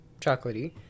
chocolatey